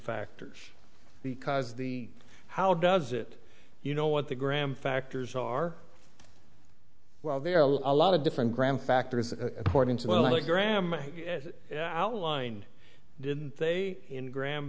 factors because the how does it you know what the graham factors are well there are a lot of different grand factors according to well that grandma outlined didn't they in gra